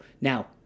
Now